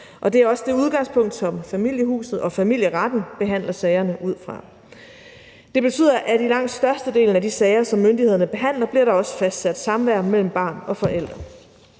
det er også det udgangspunkt, som Familiehuset og familieretten behandler sagerne ud fra. Det betyder, at i langt størstedelen af de sager, som myndighederne behandler, bliver der også fastsat samvær mellem barn og forældre.